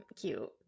cute